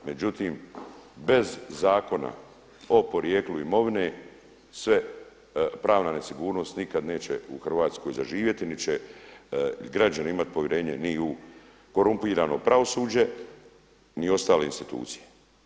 Međutim, bez zakona o porijeklu imovine sve, pravna nesigurnost nikada neće u Hrvatskoj zaživjeti, niti će građani imati povjerenje ni u korumpirano pravosuđe, ni ostale institucije.